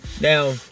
Now